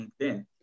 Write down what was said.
LinkedIn